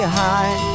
high